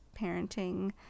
parenting